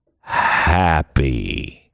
happy